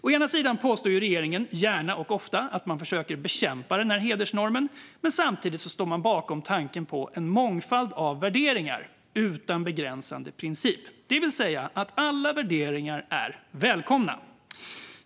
Å ena sidan påstår regeringen gärna och ofta att man försöker bekämpa hedersnormen, men samtidigt står man bakom tanken om en mångfald av värderingar, utan begränsande princip, det vill säga att alla värderingar är välkomna.